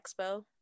expo